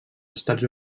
estats